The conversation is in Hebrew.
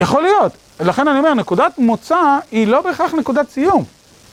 יכול להיות, לכן אני אומר, נקודת מוצא היא לא בהכרח נקודת סיום.